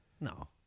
no